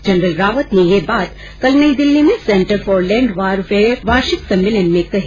general Rawat ने यह बात कल नई दिल्ली में centre for land warfare studies के वार्षिक सम्मेलन में कही